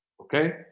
Okay